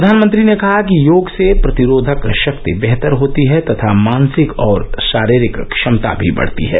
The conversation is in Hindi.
प्रधानमंत्री ने कहा कि योग से प्रतिरोधक शक्ति बेहतर होती है तथा मानसिक और शारीरिक क्षमता भी बढ़ती है